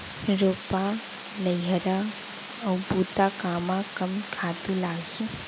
रोपा, लइहरा अऊ बुता कामा कम खातू लागही?